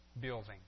building